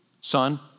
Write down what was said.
son